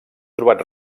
trobat